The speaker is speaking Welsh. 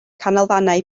canolfannau